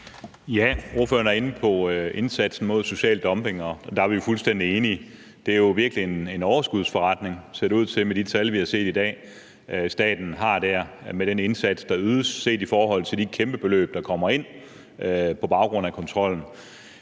Ordføreren er inde på indsatsen mod social dumping, og der er vi jo fuldstændig enige. Det er jo virkelig en overskudsforretning, ser det ud til med de tal, vi har set i dag, staten har der med den indsats, der ydes, set i forhold til de kæmpebeløb, der kommer ind på baggrund af kontrollen.